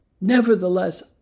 Nevertheless